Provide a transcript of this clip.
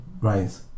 right